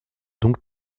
donc